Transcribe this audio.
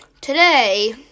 today